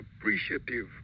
appreciative